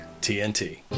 TNT